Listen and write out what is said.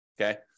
okay